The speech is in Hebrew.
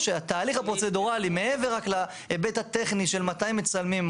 הסיפור הוא שהתהליך הפרוצדורלי בהיבט הטכני של מתי הם מצלמים,